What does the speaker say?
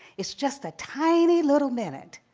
it's just a tiny little minute.